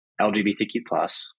LGBTQ+